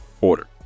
order